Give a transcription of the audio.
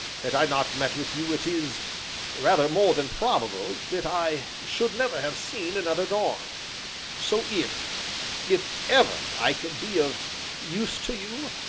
had i not met with you it is rather more than probable that i should never have seen another dawn so if if ever i can be of use to you,